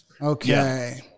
Okay